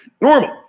normal